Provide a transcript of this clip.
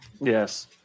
Yes